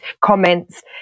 comments